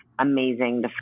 Amazing